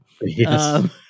Yes